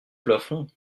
plafond